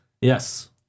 Yes